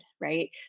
Right